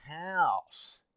house